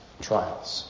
trials